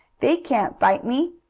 they can't bite me!